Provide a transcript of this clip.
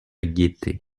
gaieté